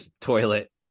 toilet